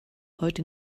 heute